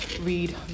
read